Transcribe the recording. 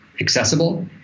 accessible